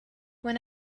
when